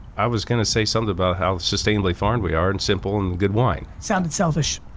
i was gonna say something about how sustainably farmed we are and simple and good wine. sounded selfish.